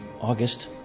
August